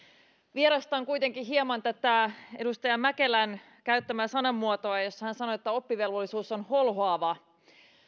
vierastan kuitenkin hieman tätä edustaja mäkelän käyttämää sanamuotoa kun hän sanoi että oppivelvollisuus on holhoava